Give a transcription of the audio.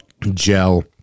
gel